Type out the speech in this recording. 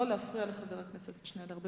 לא להפריע לחבר כנסת שנלר.